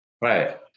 Right